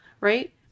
right